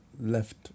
left